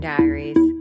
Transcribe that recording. Diaries